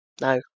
No